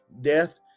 Death